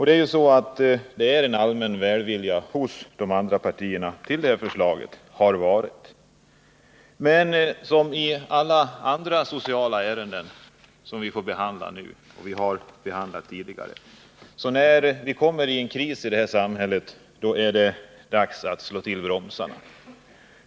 Det har ju varit en allmän välvilja hos de andra partierna inför det här förslaget. Men liksom i alla andra sociala ärenden som vi behandlar nu och har behandlat tidigare gäller att när det blir en kris i det här samhället, då är det dags att slå till bromsarna.